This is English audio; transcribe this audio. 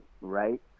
right